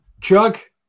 Chuck